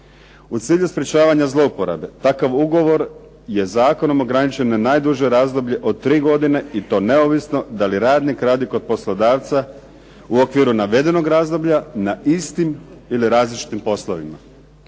U cilju sprječavanja zloporabe takav ugovor je zakonom ograničen na najduže razdoblje od 3 godine i to neovisno da li radnik radi kod poslodavca u okviru navedenog razdoblja na istim ili različitim poslovima.